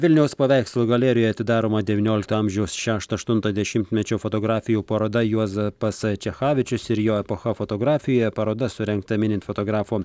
vilniaus paveikslų galerijoje atidaroma devyniolikto amžiaus šešto aštunto dešimtmečio fotografijų paroda juozapas čechavičius ir jo epocha fotografijoje paroda surengta minint fotografo